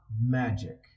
magic